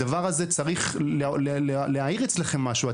הדבר הזה צריך להעיר אצלכם משהו.